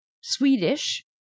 swedish